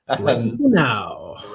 now